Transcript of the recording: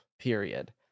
period